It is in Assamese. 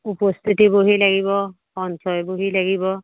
উপস্থিতি বহি লাগিব সঞ্চয় বহি লাগিব